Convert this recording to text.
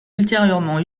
ultérieurement